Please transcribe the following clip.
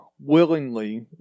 willingly